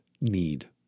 need